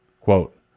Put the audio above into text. Quote